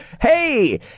hey